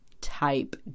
type